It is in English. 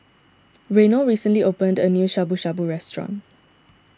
Reynold recently opened a new Shabu Shabu restaurant